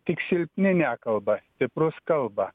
tik silpni nekalba stiprus kalba